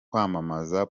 kwamamaza